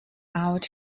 out